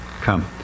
come